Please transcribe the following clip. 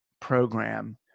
program